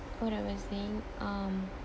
what I was saying um